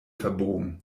verbogen